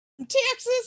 Texas